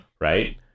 Right